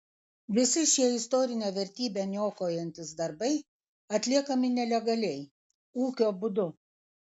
visi šie istorinę vertybę niokojantys darbai atliekami nelegaliai ūkio būdu